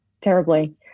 terribly